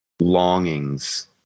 longings